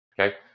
Okay